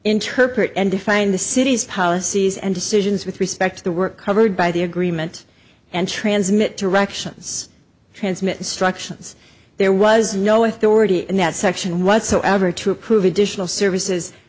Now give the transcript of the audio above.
interpret and define the city's policies and decisions with respect to the work covered by the agreement and transmit directions transmit instructions there was no authority in that section whatsoever to approve additional services